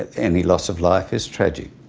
any loss of life is tragic.